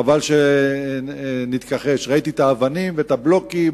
חבל שנתכחש, ראיתי את האבנים והבלוקים